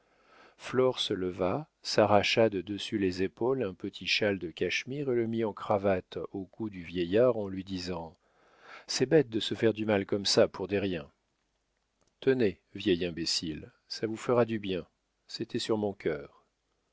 flore se leva s'arracha de dessus les épaules un petit châle de cachemire et le mit en cravate au cou du vieillard en lui disant c'est bête de se faire du mal comme ça pour des riens tenez vieil imbécile ça vous fera du bien c'était sur mon cœur